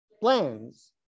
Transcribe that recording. plans